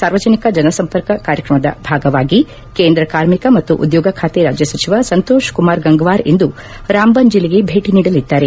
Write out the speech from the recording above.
ಸಾರ್ವಜನಿಕ ಜನಸಂಪರ್ಕ ಕಾರ್ಯಕ್ರಮದ ಭಾಗವಾಗಿ ಕೇಂದ್ರ ಕಾರ್ಮಿಕ ಮತ್ತು ಉದ್ಯೋಗ ಖಾತೆ ರಾಜ್ಯ ಸಚಿವ ಸಂತೋಷ್ ಕುಮಾರ್ ಗಂಗ್ವಾರ್ ಇಂದು ರಾಮ್ಬನ್ ಜಿಲ್ಲೆಗೆ ಭೇಟ ನೀಡಲಿದ್ದಾರೆ